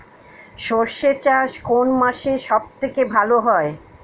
সর্ষে চাষ কোন মাসে সব থেকে ভালো হয়?